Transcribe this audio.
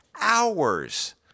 hours